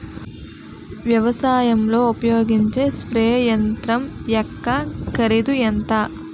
వ్యవసాయం లో ఉపయోగించే స్ప్రే యంత్రం యెక్క కరిదు ఎంత?